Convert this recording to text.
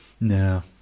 No